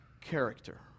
character